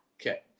Okay